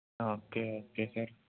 okay okay sir